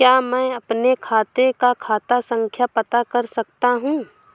क्या मैं अपने खाते का खाता संख्या पता कर सकता हूँ?